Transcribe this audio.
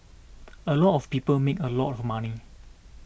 a lot of people made a lot of money